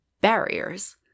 barriers